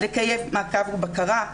לטייב מעקב ובקרה,